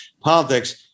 politics